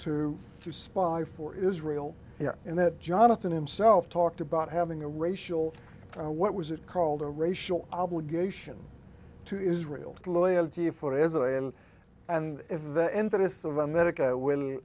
to spy for israel and that jonathan himself talked about having a racial what was it called a racial obligation to israel loyalty for israel and if the interests of america will